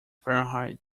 fahrenheit